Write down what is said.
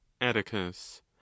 atticus